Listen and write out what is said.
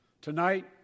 Tonight